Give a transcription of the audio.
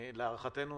להערכתנו